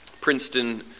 Princeton